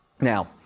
Now